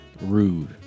rude